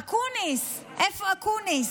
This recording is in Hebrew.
אקוניס, איפה אקוניס?